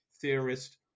theorist